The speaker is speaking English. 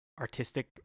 artistic